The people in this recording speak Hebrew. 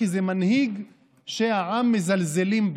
כי זה מנהיג שהעם מזלזלים בו,